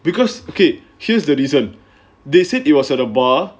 because okay here's the reason they said it was at a bar